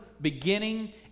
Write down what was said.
beginning